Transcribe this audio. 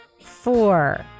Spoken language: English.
Four